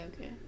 okay